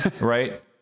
right